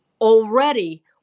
already